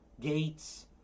Gates